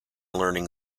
learning